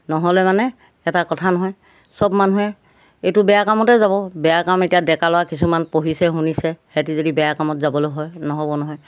নহ'লে মানে এটা কথা নহয় চব মানুহে এইটো বেয়া কামতে যাব বেয়া কাম এতিয়া ডেকা ল'ৰা কিছুমান পঢ়িছে শুনিছে হেতি যদি বেয়া কামত যাবলৈ হয় নহ'ব নহয়